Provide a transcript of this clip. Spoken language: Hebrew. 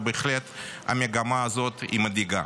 ובהחלט המגמה הזאת היא מדאיגה.